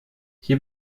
hier